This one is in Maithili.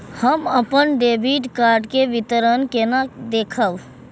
हम अपन डेबिट कार्ड के विवरण केना देखब?